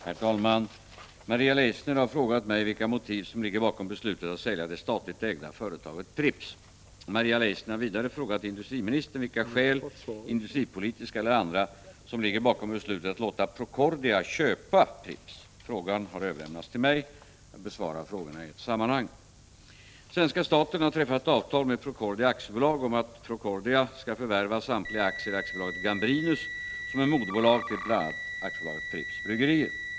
Herr talman! Maria Leissner har frågat mig vilka motiv som ligger bakom beslutet att sälja det statligt ägda företaget Pripps. Maria Leissner har vidare frågat industriministern vilka skäl, industripolitiska eller andra, som ligger bakom beslutet att låta Procordia AB köpa Pripps. Frågan har överlämnats till mig. Jag besvarar frågorna i ett sammanhang. Svenska staten har träffat avtal med Procordia AB om att Procordia AB skall förvärva samtliga aktier i AB Gambrinus, som är moderbolag till bl.a. AB Pripps Bryggerier.